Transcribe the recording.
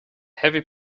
heavy